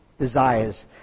desires